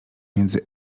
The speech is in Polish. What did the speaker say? między